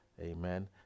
Amen